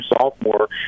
sophomore